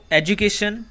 education